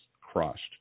crushed